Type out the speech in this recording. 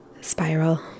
spiral